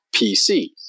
pc